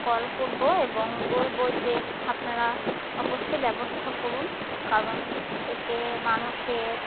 call করবো এবং বলব যে আপনারা অবশ্যই ব্যবস্থা করুন কারণ এতে মানুষের